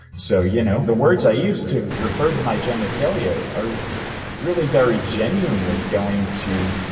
so you know the words i use to refer to my genitalia are really very genuinely going to